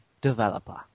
developer